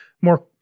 more